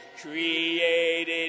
created